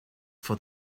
for